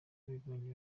babibonye